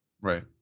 right